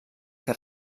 que